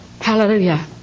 Hallelujah